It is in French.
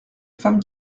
femme